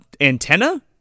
antenna